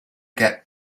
get